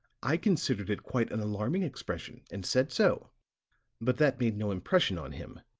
i considered it quite an alarming expression, and said so but that made no impression on him,